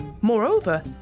Moreover